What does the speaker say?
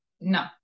no